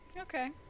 Okay